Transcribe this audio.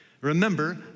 remember